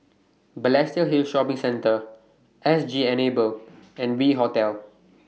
Balestier Hill Shopping Centre S G Enable and V Hotel